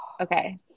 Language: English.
Okay